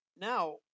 now